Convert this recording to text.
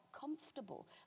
comfortable